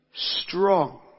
Strong